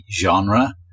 genre